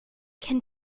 can